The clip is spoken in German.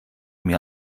mir